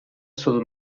sul